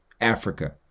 Africa